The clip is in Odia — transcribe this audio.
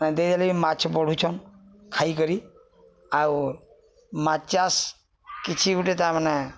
ଦେଇଦେଲେ ବି ମାଛ ପଡ଼ୁଛନ୍ ଖାଇକରି ଆଉ ମାଛ୍ ଚାଷ କିଛି ଗୋଟେ ତାମାନେ